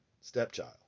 stepchild